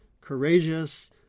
courageous